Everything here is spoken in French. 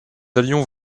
allions